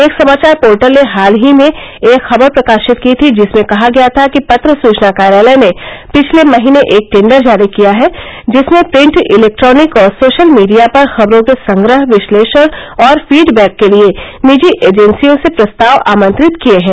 एक समाचार पोर्टल ने हाल ही में एक खबर प्रकाशित की थी जिसमें कहा गया था कि पत्र सूचना कार्यालय ने पिछले महीने एक टेंडर जारी किया है जिसमें प्रिंट इलेक्ट्रॉनिक और सोशल मीडिया पर खबरों के संग्रह विश्लेषण और फीडबैक के लिए निजी एजेंसियों से प्रस्ताव आमंत्रित किए हैं